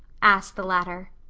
asked the latter.